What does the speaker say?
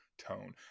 tone